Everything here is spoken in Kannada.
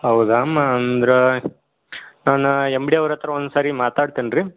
ಹೌದ ಅಮ್ಮ ಅಂದ್ರೆ ನಾನು ಎಮ್ ಡಿ ಅವ್ರಹತ್ರ ಒಂದುಸರಿ ಮಾತಾಡ್ತೀನಿ ರೀ